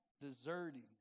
deserting